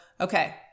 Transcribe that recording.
okay